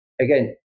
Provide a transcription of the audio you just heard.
again